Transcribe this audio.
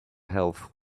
health